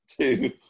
two